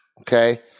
Okay